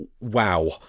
wow